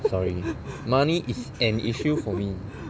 sorry money is an issue for me